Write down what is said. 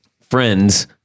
friends